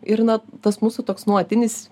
ir na tas mūsų toks nuolatinis